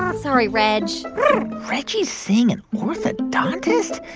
um sorry, reg reggie's seeing an orthodontist?